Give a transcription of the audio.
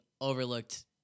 overlooked